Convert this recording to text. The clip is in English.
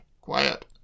Quiet